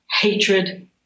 hatred